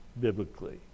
biblically